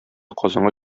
казанга